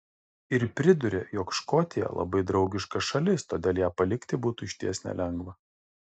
ir priduria jog škotija labai draugiška šalis todėl ją palikti būtų išties nelengva